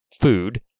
food